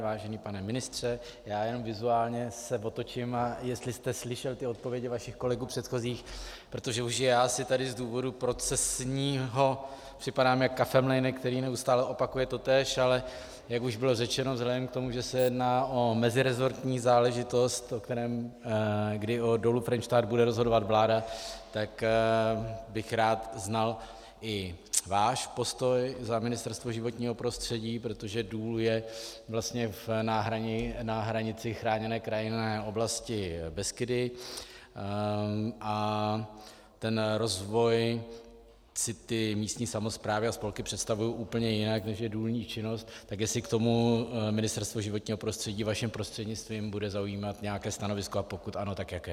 Vážený pane ministře, já jen vizuálně se otočím, a jestli jste slyšel ty odpovědi vašich předchozích kolegů, protože já si tady z důvodů procesního připadám jako kafemlejnek, který neustále opakuje totéž, ale jak už bylo řečeno, vzhledem k tomu, že se jedná o meziresortní záležitost, kdy o Dolu Frenštát bude rozhodovat vláda, tak bych rád znal i váš postoj za Ministerstvo životního prostředí, protože důl je vlastně na hranici chráněné krajinné oblasti Beskydy a ten rozvoj si ty místní samosprávy a spolky představují úplně jinak, než je důlní činnost, tak jestli k tomu Ministerstvo životního prostředí vaším prostřednictvím bude zaujímat nějaké stanovisko, a pokud ano, tak jaké.